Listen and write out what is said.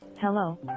Hello